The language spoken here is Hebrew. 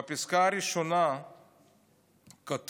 בפסקה הראשונה כתוב: